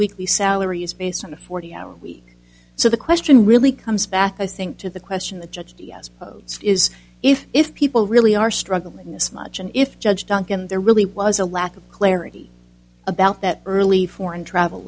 weekly salary is based on a forty hour week so the question really comes back i think to the question the judge is if if people really are struggling this much and if judge duncan there really was a lack of clarity about that early foreign travel